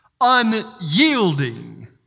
unyielding